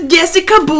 Jessica